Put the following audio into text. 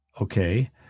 Okay